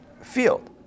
field